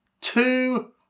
two